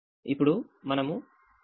ఇప్పుడు మనం మొదటి నిలువు వరుసను చూస్తాము